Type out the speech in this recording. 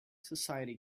society